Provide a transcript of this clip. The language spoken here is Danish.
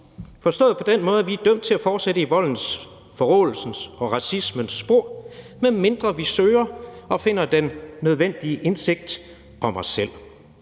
forstået på den måde, at vi er dømt til at fortsætte i voldens, forråelsens og racismens spor, medmindre vi søger og finder den nødvendige indsigt om os selv.